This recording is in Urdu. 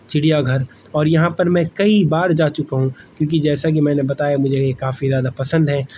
چڑیا گھر اور یہاں پر میں کئی بار جا چکا ہوں کیوںکہ جیسا کہ میں نے بتایا مجھے یہ کافی زیادہ پسند ہے